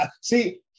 See